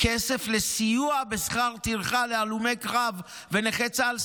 כסף לסיוע בשכר טרחה להלומי קרב ונכי צה"ל.